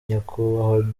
nyakubahwa